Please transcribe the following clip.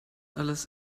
alles